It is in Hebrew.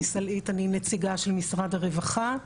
אני סלעית, אני נציגה של משרד הרווחה,